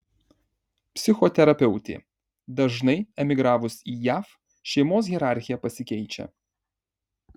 psichoterapeutė dažnai emigravus į jav šeimos hierarchija pasikeičia